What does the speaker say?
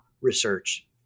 research